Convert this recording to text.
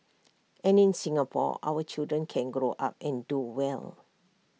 and in Singapore our children can grow up and do well